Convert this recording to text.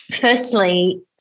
firstly